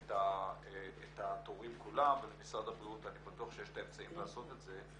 את התורים כולם ואני בטוח שלמשרד הבריאות יש את האמצעים לעשות את זה,